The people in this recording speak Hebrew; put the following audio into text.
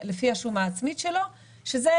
ופקיד השומה יכול להתערב בעצם או לדרוש